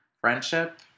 friendship